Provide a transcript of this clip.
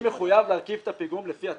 אני מחויב להרכיב את הפיגום לפי התקן.